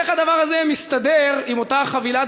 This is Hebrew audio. איך הדבר הזה מסתדר עם אותה חבילת